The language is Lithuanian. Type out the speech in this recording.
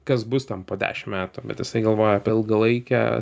kas bus ten po dešim metų bet jisai galvoja apie ilgalaikę